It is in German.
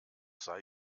sei